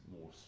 more